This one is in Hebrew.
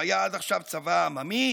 שהיה עד עכשיו צבא עממי,